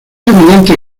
evidente